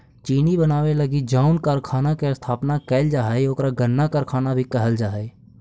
चीनी बनावे लगी जउन कारखाना के स्थापना कैल जा हइ ओकरा गन्ना कारखाना भी कहल जा हइ